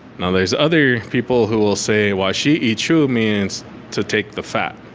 now there's other people who will say washi'chu means to take the fat.